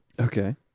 Okay